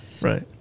Right